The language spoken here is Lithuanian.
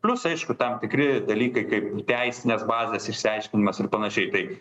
pliusai aišku tam tikri dalykai kaip teisinės bazės išsiaiškinimas ir panašiai tai